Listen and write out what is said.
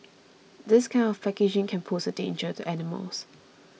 this kind of packaging can pose a danger to animals